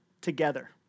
together